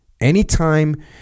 Anytime